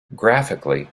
graphically